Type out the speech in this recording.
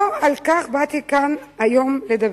לא על כך באתי לדבר כאן היום.